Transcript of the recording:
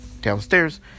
downstairs